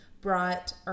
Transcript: brought